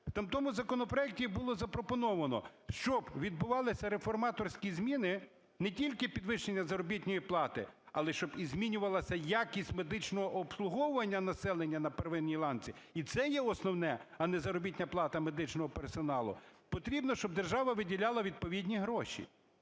В тому законопроекті було запропоновано, щоб відбувалися реформаторські зміни, не тільки підвищення заробітної плати, але щоб і змінювалась якість медичного обслуговування населення на первинній ланці, і це є основне, а не заробітна плата медичного персоналу, потрібно, щоб держава виділяла відповідні гроші.